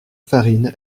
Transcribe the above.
farine